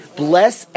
bless